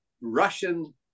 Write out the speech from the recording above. Russian